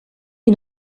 une